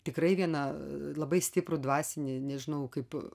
tikrai vieną labai stiprų dvasinį nežinau kaip